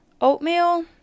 oatmeal